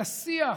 את השיח,